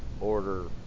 order